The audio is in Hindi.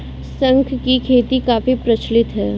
शंख की खेती काफी प्रचलित है